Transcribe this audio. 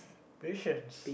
patience